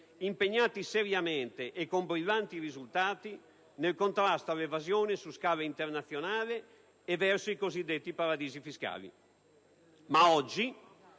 impegnati seriamente e con brillanti risultati nel contrasto all'evasione su scala internazionale e verso i cosiddetti paradisi fiscali. Ma oggi,